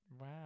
Wow